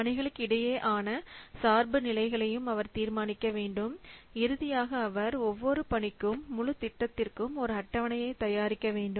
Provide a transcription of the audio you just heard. பணிகளுக்கு இடையே ஆன சார்பு நிலைகளையும் அவர் தீர்மானிக்கவேண்டும் இறுதியாக அவர் ஒவ்வொரு பணிக்கும் முழு திட்டத்திற்கும் ஒரு அட்டவணையை தயாரிக்க வேண்டும்